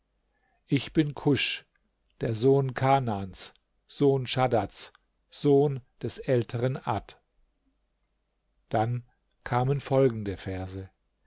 ich bin kusch der sohn kanans sohn schaddads sohn des älteren ad dann kamen folgende verse